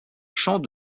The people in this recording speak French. chant